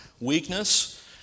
weakness